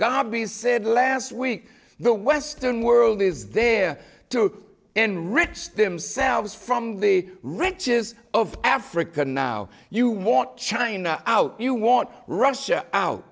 mugabe said last week the western world is there to enrich themselves from the riches of africa now you want china out you want russia o